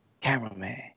Cameraman